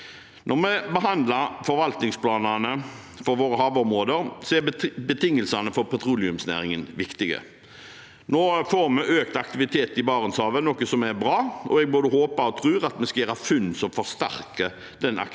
Når vi behandler forvaltningsplanene for våre havområder, er betingelsene for petroleumsnæringen viktige. Nå får vi økt aktivitet i Barentshavet, noe som er bra, og jeg både håper og tror at vi skal gjøre funn som forsterker denne aktiviteten.